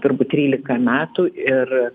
turbūt trylika metų ir